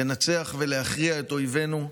לנצח ולהכריע את אויבינו.